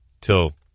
till